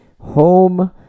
home